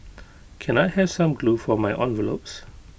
can I have some glue for my envelopes